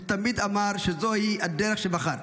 הוא תמיד אמר שזוהי הדרך שבחר,